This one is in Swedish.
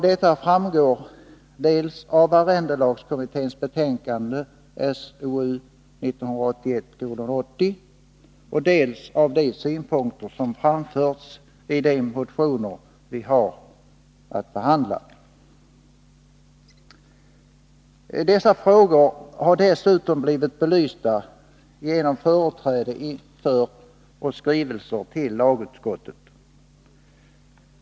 Detta framgår dels av arrendelagskommitténs betänkande SOU 1981:80, dels av de synpunkter som framförts i de motioner vi nu har att behandla. Dessa frågor har dessutom blivit belysta genom företräde inför och skrivelser till lagutskottet.